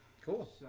Cool